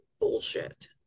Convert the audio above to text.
bullshit